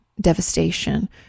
devastation